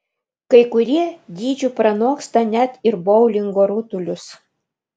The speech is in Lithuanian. kai kurie dydžiu pranoksta net ir boulingo rutulius